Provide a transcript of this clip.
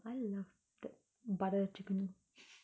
I love the butter chicken